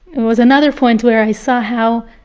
it was another point where i saw how,